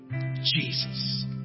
Jesus